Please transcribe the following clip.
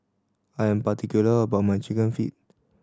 I am particular about my Chicken Feet